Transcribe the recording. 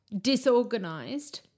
disorganized